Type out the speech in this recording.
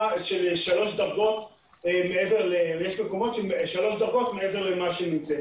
של שלוש דרגות מעבר למה שהם נמצאים.